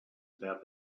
about